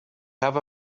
have